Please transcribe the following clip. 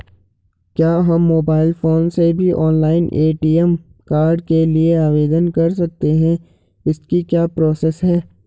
क्या हम mobile phone से भी ऑनलाइन ए.टी.एम कार्ड के लिए आवेदन कर सकते हैं इसकी क्या प्रोसेस है?